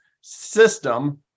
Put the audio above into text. system